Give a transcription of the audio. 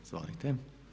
Izvolite.